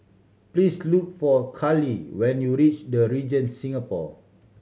please look for Carley when you reach The Regent Singapore